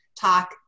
talk